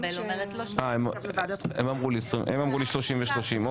הם אמרו לי 30 ו-30.